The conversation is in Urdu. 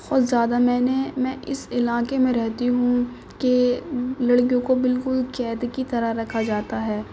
بہت زیادہ میں نے میں اس علاقے میں رہتی ہوں کہ لڑکیوں کو بالکل قیدی کی طرح رکھا جاتا ہے